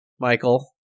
Michael